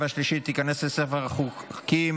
נתקבל.